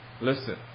Listen